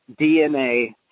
DNA